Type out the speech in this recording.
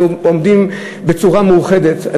אנחנו עומדים בצורה מאוחדת.